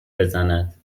بزند